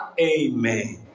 Amen